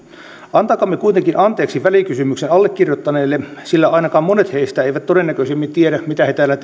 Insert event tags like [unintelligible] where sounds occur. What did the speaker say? antakaamme kuitenkin anteeksi välikysymyksen allekirjoittaneille sillä ainakaan monet heistä eivät todennäköisimmin tiedä mitä he täällä [unintelligible]